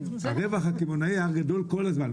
הרווח הקמעונאי היה גדול כל הזמן.